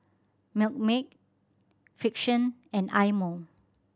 Milkmaid Frixion and Eye Mo